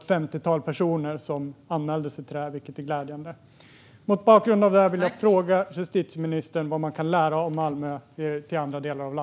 Ett femtiotal personer anmälde sig till den, vilket är glädjande. Mot bakgrund av det vill jag fråga justitieministern vad andra delar av landet kan lära av Malmö.